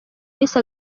yise